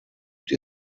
die